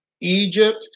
Egypt